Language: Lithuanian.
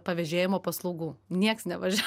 pavėžėjimo paslaugų niekas nevažia